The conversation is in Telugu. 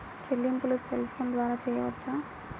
చెల్లింపులు సెల్ ఫోన్ ద్వారా చేయవచ్చా?